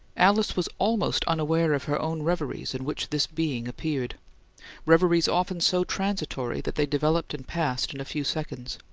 alice was almost unaware of her own reveries in which this being appeared reveries often so transitory that they developed and passed in a few seconds.